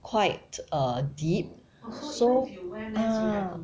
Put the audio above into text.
quite uh deep so ah